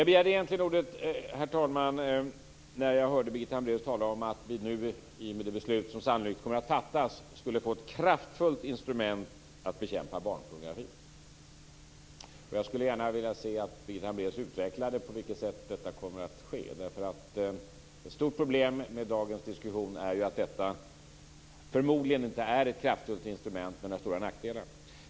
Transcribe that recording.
Jag begärde egentligen ordet när jag hörde Birgitta Hambraeus tala om att vi i och med det beslut som sannolikt kommer att fattas skulle få ett kraftfullt instrument för att bekämpa barnpornografin. Jag skulle gärna vilja höra Birgitta Hambraeus utveckla på vilket sätt detta kommer att ske. Ett stort problem med dagens diskussion är ju att detta förmodligen inte är ett kraftfullt instrument utan att det har stora nackdelar.